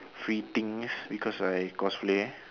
free things because I cosplay